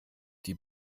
die